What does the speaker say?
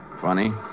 Funny